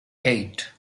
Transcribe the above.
eight